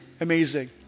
Amazing